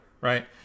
right